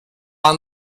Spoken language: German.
plan